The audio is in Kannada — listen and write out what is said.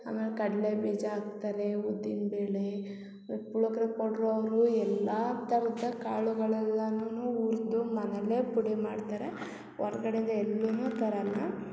ಆಮೇಲೆ ಕಡ್ಲೆಬೀಜ ಹಾಕ್ತಾರೆ ಉದ್ದಿನ ಬೇಳೆ ಮತ್ತು ಪುಳ್ಯೋಗ್ರೆ ಪೌಡ್ರು ಅವರು ಎಲ್ಲಾ ಥರದ್ದ ಕಾಳಗಳು ಎಲ್ಲಾನುನು ಹುರ್ದು ಮನೆಯಲ್ಲೇ ಪುಡಿ ಮಾಡ್ತಾರೆ ಹೊರ್ಗಡೆ ಇಂದ ಎಲ್ಲುನು ತರಲ್ಲ